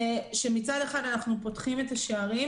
שמצד אחד אנחנו פותחים את השערים,